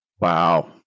Wow